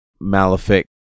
Malefic